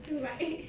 right